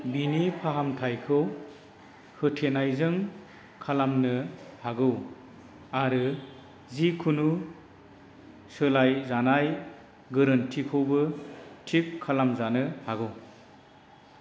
बेनि फाहामथायखौ होथेनायजों खालामनो हागौ आरो जिखुनु सोलायजानाय गोरोन्थिखौबो थिक खालामजानो हागौ